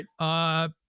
right